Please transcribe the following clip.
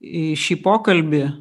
į šį pokalbį